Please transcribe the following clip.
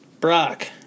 brock